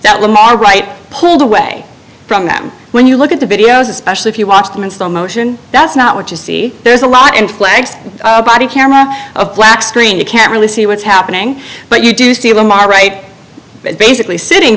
that lamar right pulled away from them when you look at the videos especially if you watch them and slow motion that's not what you see there's a lot and flags body camera a flat screen you can't really see what's happening but you do see them are right basically sitting